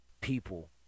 people